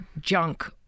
junk